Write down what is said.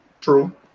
true